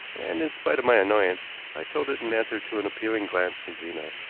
and, in spite of my annoyance, i told it in answer to an appealing glance from zena.